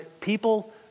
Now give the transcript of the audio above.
people